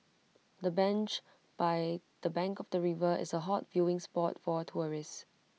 the bench by the bank of the river is A hot viewing spot for tourists